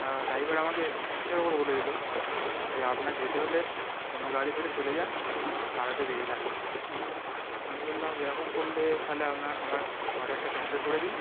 তাড্রাইভার আমাকে মুখের ওপর বলে দিল যে আপনার যেতে হলে অন্য গাড়ি ধরে চলে যান আমার সারাতে দেরি লাগবে আমি বললাম এরকম করলে তাহলে আপনার আমার অর্ডারটা ক্যান্সেল করে দিন